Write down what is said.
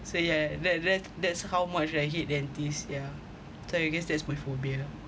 so yeah that that that's how much that hate dentist yeah so I guess that's my phobia